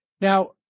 Now